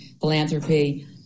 philanthropy